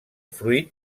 fruit